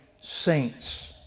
saints